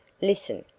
listen!